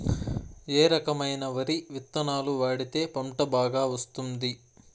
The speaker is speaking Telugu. ఏ రకమైన వరి విత్తనాలు వాడితే పంట బాగా వస్తుంది?